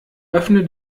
öffne